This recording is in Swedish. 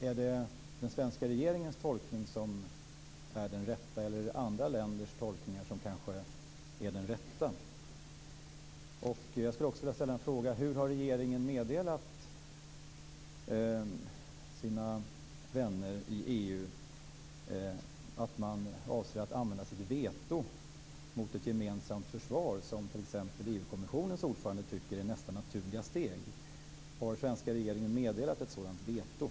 Är det den svenska regeringens tolkning som är den rätta, eller är det andra länders tolkning som kanske är den rätta? Jag skulle också vilja fråga hur regeringen har meddelat sina vänner i EU att man avser att använda sitt veto mot ett gemensamt försvar, som t.ex. EU kommissionens ordförande tycker är nästa naturliga steg. Har den svenska regeringen meddelat ett sådant veto?